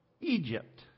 Egypt